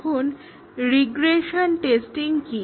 এখন regression testing কি